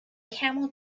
camel